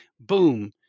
Boom